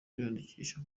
kwiyandikisha